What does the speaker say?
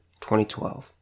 2012